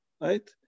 right